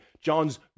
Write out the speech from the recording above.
John's